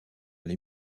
les